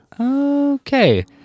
Okay